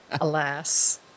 Alas